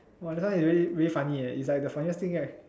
!wah! that one is really really funny eh it's like the funniest thing right